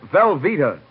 Velveeta